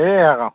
সেই আকৌ